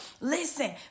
Listen